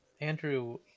Andrew